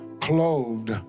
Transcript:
Clothed